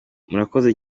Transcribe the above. murakoze